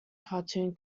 cartoon